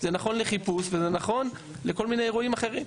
זה נכון לחיפוש וזה נכון לכל מיני אירועים אחרים.